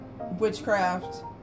Witchcraft